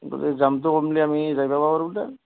বোধহয় যামটো কমিলে আমি যাই পাবা পাৰোঁ বোধহয়